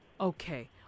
Okay